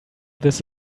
this